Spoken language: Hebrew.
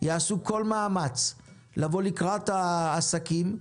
יעשו כל מאמץ לבוא לקראת העסקים,